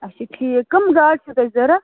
اچھا ٹھیٖک کٕم گاڑٕ چھُو تۄہہِ ضرورت